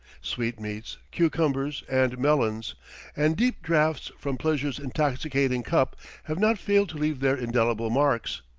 sweetmeats, cucumbers, and melons and deep draughts from pleasure's intoxicating cup have not failed to leave their indelible marks.